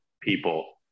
people